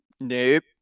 Nope